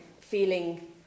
feeling